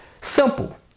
simple